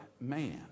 man